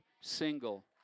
single